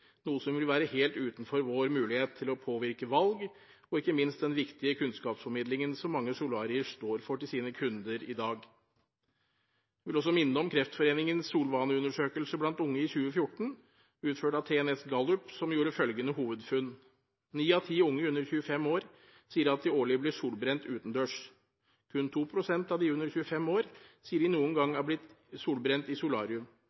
noe som vil være helt utenfor vår mulighet til å påvirke valg, og ikke minst den viktige kunnskapsformidlingen som mange solarier står for til sine kunder i dag. Jeg vil også minne om Kreftforeningens solvaneundersøkelse blant unge i 2014, utført av TNS Gallup, som gjorde følgende hovedfunn: 9 av 10 unge under 25 år sier at de årlig blir solbrent utendørs. Kun 2 pst. av de under 25 år sier de noen gang er blitt brent i solarium.